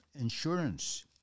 insurance